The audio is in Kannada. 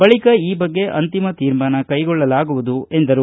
ಬಳಿಕ ಈ ಬಗ್ಗೆ ಅಂತಿಮ ತೀರ್ಮಾನ ಕೈಗೊಳ್ಳಲಾಗುವುದು ಎಂದರು